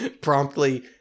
promptly